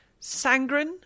Sangren